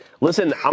Listen